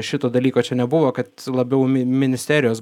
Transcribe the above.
šito dalyko čia nebuvo kad labiau mi ministerijos